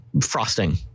frosting